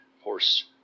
horse